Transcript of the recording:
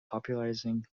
popularizing